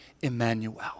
Emmanuel